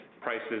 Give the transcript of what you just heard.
prices